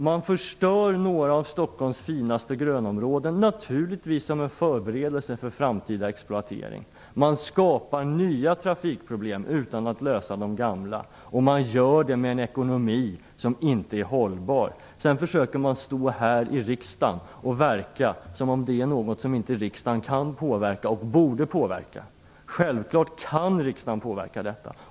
Man förstör alltså några av Stockholms finaste grönområden, naturligtvis som en förberedelse för framtida exploatering, man skapar nya trafikproblem utan att lösa de gamla, och man gör detta med en ekonomi som inte är hållbar. Sedan försöker man här i riksdagen få det att låta som att detta inte är något som riksdagen kan påverka och borde påverka. Självklart kan och borde riksdagen påverka detta.